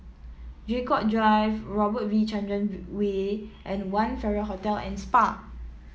Draycott Drive Robert V Chandran Way and One Farrer Hotel and Spa